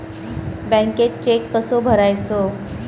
बँकेत चेक कसो भरायचो?